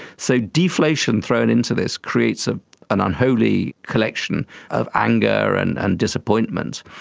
so deflation thrown into this creates ah an unholy collection of anger and and disappointment.